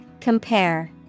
Compare